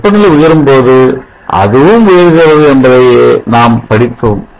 வெப்பநிலை உயரும்போது அதுவும் உயர்கிறது என்பதையே நாம் படித்தோம்